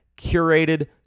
curated